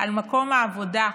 על מקום העבודה,